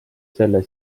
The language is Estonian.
selle